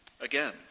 Again